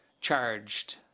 charged